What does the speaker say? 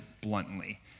bluntly